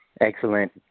excellent